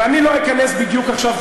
אבל אני לא אכנס בדיוק עכשיו,